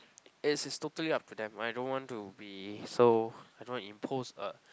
it is totally up to them right don't want to be so I don't want to impose a